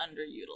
underutilized